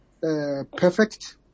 perfect